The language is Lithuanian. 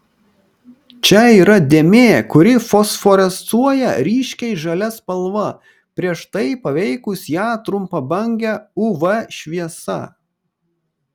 čia yra dėmė kuri fosforescuoja ryškiai žalia spalva prieš tai paveikus ją trumpabange uv šviesa